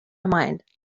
mind